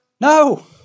No